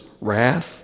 wrath